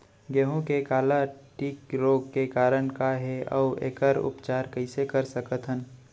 गेहूँ के काला टिक रोग के कारण का हे अऊ एखर उपचार कइसे कर सकत हन?